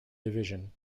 division